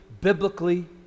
biblically